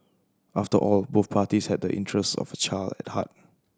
after all both parties have the interests of the child at heart